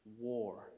war